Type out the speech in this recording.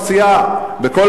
בכל היישובים.